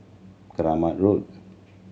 Kramat Road